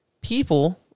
People